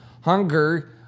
hunger